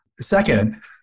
Second